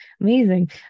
Amazing